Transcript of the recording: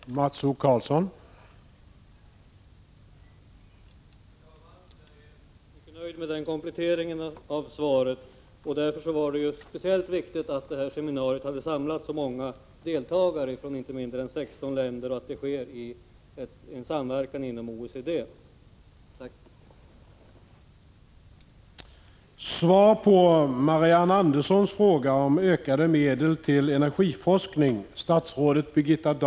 Herr talman! Jag är mycket nöjd med den kompletteringen av svaret. Just på grund av det statsrådet Birgitta Dahl nu sade var det speciellt viktigt att seminariet som hölls i förra veckan hade samlat deltagare från inte mindre än 16 länder och att det sker en samverkan inom OECD. Tack!